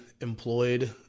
employed